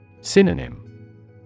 Synonym